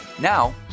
now